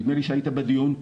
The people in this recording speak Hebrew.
נדמה לי שהיית בדיון,